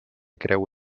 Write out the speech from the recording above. creu